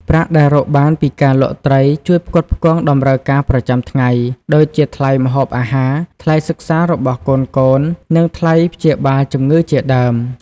ប្រាក់ដែលរកបានពីការលក់ត្រីជួយផ្គត់ផ្គង់តម្រូវការប្រចាំថ្ងៃ ដូចជាថ្លៃម្ហូបអាហារ ថ្លៃសិក្សារបស់កូនៗ និងថ្លៃព្យាបាលជំងឺជាដើម។